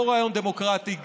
אותו רעיון דמוקרטי,